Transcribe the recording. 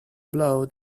blow